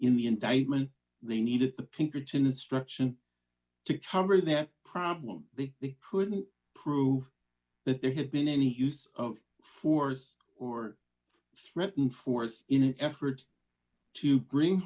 in the indictment they needed to pinkerton instruction to cover that problem they couldn't prove that there had been any use of force or threaten force in an effort to bring